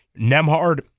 Nemhard